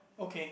okay